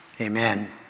Amen